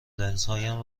لنزهایم